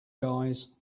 guys